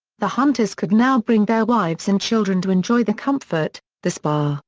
the hunters could now bring their wives and children to enjoy the comfort, the spa, um